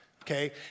Okay